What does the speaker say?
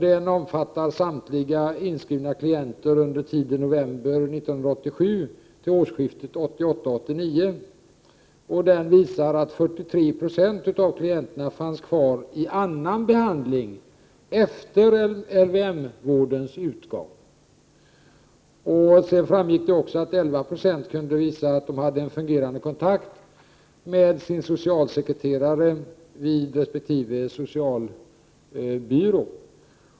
Den omfattar samtliga inskrivna klienter under tiden november 1987 till årsskiftet 1988-1989. Den undersökningen visar att 43 Io av klienterna fanns kvar i annan behandling efter LVM-vårdens avslutande. Undersökningen visar också att 11 90 av klienterna hade en fungerande kontakt med sin socialsekreterare i resp. socialbyrå.